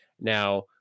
Now